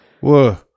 Whoa